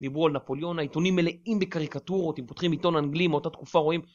דיברו על נפוליון, העיתונים מלאים בקריקטורות, אם פותחים עיתון אנגלי מאותה תקופה רואים.